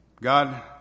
God